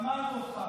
שמענו אותך.